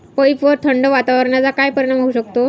पपईवर थंड वातावरणाचा काय परिणाम होऊ शकतो?